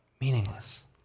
Meaningless